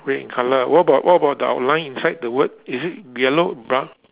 red in colour what about what about the outline inside the word is it yellow brown